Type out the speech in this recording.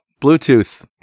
Bluetooth